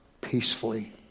peacefully